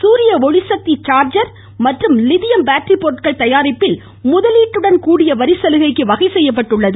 சூரிய ஒளிசக்தி சார்ஜர் மற்றும் லித்தியம் பேட்டரி பொருட்கள் தயாரிப்பில் முதலீடுட்டுடன் கூடிய வரி சலுகைக்கும் வகை செய்யப்பட்டுள்ளது